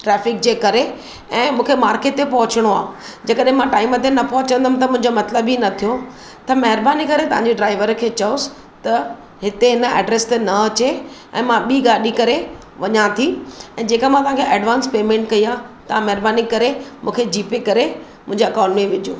traffic जे करे ऐं मूंखे मार्केट ते पहुचणो आहे जे कॾहिं मां टाइम ते न पहुचंदमि त मुंहिंजो मतलबु ई न थियो त महिरबानी करे तव्हांजे ड्राइवर खे चयोसि त हिते हिन एड्रैस ते न अचे ऐं मां ॿीं गाॾी करे वञां थी ऐं जेका मां तव्हांखे एडवांस पेमेंट कई आहे तव्हां महिरबानी करे मूंखे जी पे करे मुंहिंजे अकाउंट में विझो